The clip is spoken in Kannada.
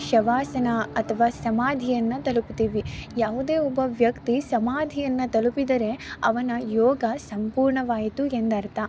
ಶವಾಸನ ಅಥವಾ ಸಮಾಧಿಯನ್ನ ತಲುಪುತ್ತೀವಿ ಯಾವುದೇ ಒಬ್ಬ ವ್ಯಕ್ತಿ ಸಮಾಧಿಯನ್ನು ತಲುಪಿದರೆ ಅವನ ಯೋಗ ಸಂಪೂರ್ಣವಾಯಿತು ಎಂದರ್ಥ